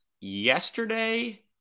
yesterday